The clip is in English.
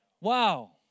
Wow